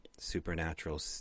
supernatural